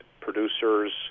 Producers